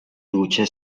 luce